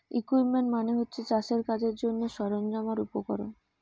equipment মানে হচ্ছে চাষের কাজের জন্যে সরঞ্জাম আর উপকরণ